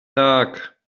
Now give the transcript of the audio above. tak